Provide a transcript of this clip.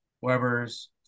Weber's